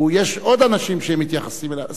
יש עוד אנשים שמתייחסים אליו,